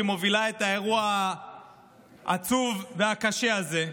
שמובילה את האירוע העצוב והקשה הזה.